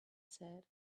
said